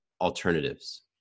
alternatives